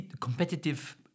competitive